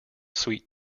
sweet